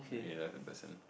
really like the person